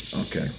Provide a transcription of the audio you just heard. Okay